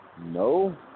No